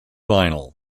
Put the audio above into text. vinyl